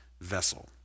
vessel